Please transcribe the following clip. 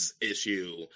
issue